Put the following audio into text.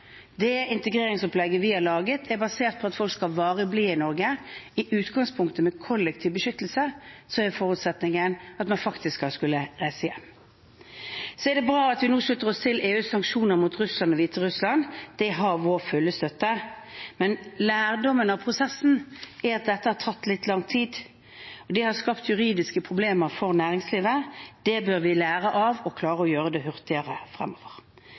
Det integreringsopplegget vi har laget, er basert på at folk skal varig bli i Norge. I utgangspunktet er forutsetningen for kollektiv beskyttelse at man skal reise hjem. Det er bra at vi nå slutter oss til EUs sanksjoner mot Russland og Hviterussland. Det har vår fulle støtte. Men lærdommen fra prosessen er at dette har tatt litt lang tid. Det har skapt juridiske problemer for næringslivet. Det bør vi lære av, og vi bør klare å gjøre det hurtigere fremover.